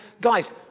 guys